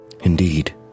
Indeed